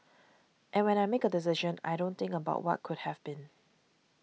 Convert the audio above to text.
and when I make a decision I don't think about what could have been